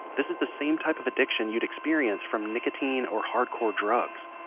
this is the same type of addiction you'd experience from nicotine or hardcore drugs.